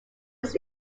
was